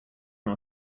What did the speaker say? are